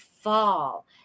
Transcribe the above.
fall